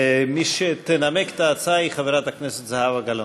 מי שתנמק את ההצעה היא חברת הכנסת זהבה גלאון.